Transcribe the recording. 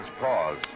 pause